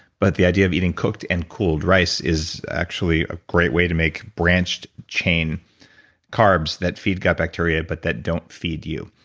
but the idea of eating cooked and cooled rice is actually a great way to make branched-chain carbs that feed gut bacteria, but that don't feed you.